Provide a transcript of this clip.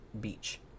Beach